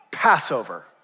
Passover